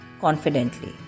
confidently